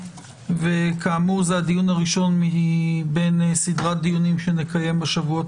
כאמור זה הדיון הראשון מבין סדרת הדיונים שנקיים בשבועות